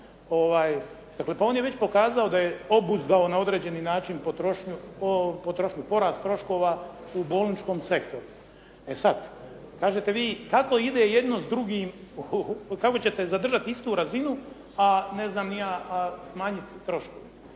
Dakle, pa on je već pokazao da je obuzdao na određeni način potrošnju, porast troškova u bolničkom sektoru. E sada, kažete vi, kako ide jedno s drugim, kako ćete zadržati istu razinu, a ne znam ni ja, a smanjiti troškove.